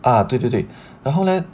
啊对对对然后 leh